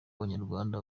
abanyarwanda